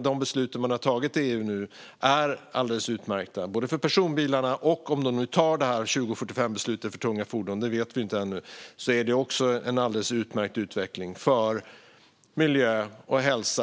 De beslut som man nu har fattat i EU är alldeles utmärkta. Det gäller för personbilarna. Om man fattar beslut för tunga fordon från 2045 vet vi ännu inte. Det är också en alldeles utmärkt utveckling för miljö, hälsa och klimat.